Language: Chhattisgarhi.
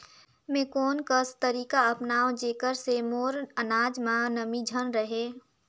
मैं कोन कस तरीका अपनाओं जेकर से मोर अनाज म नमी झन रहे?